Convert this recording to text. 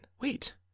Wait